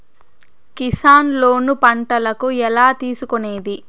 Kisan loan పంటలకు ఎలా తీసుకొనేది?